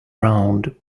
round